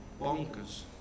bonkers